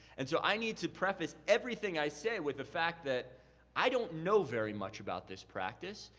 and so, i need to preface everything i say with the fact that i don't know very much about this practice.